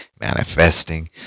manifesting